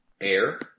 Air